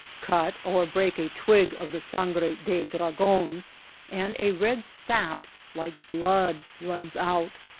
cut or break a twig of the sangre de dragon and a red sap like blood runs out.